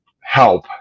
help